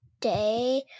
day